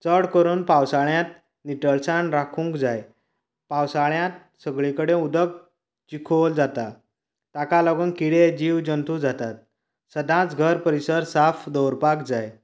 चड करून पावसाळ्यांत नितळसाण राखूंक जाय पावसाळ्यांत सगळी कडेन उदक चिखोल जाता ताका लागून किडें जीव जंतूं जातात सदांच घर परिसर साफ दवरपाक जाय